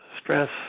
stress